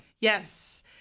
Yes